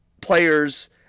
players